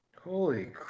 Holy